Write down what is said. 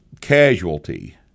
casualty